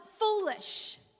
foolish